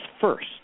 first